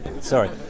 Sorry